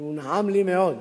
שהוא נעם לי מאוד.